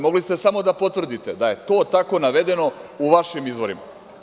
Mogli ste samo da potvrdite da je to tako navedeno u vašim izvorima.